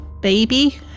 Baby